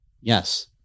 Yes